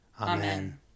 Amen